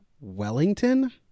Wellington